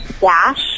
dash